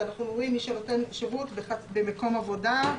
אנחנו אומרים מי שנותן שירות במקום עבודה.